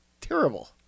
terrible